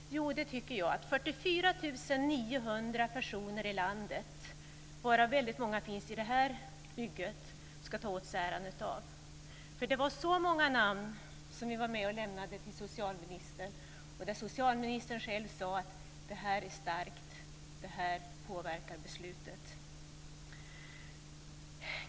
Jag tycker att 44 900 personer i vårt land, bland dem många här i huset, ska ta åt sig äran av det. Det var så många namn som överlämnades till socialministern, och socialministern sade själv att det var starkt och skulle påverka beslutet.